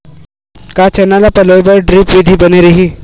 का चना ल पलोय बर ड्रिप विधी बने रही?